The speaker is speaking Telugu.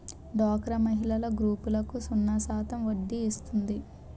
డోక్రా మహిళల గ్రూపులకు సున్నా శాతం వడ్డీ ఇస్తుంది